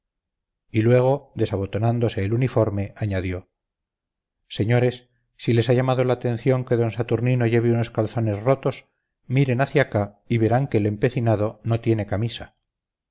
y luego desabotonándose el uniforme añadió señores si les ha llamado la atención que don saturnino lleve unos calzones rotos miren hacia acá y verán que el empecinado no tiene camisa